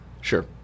sure